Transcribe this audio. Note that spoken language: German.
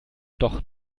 doch